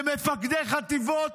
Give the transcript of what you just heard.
למפקדי חטיבות,